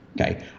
Okay